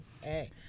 hey